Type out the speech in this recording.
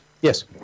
yes